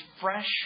fresh